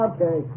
Okay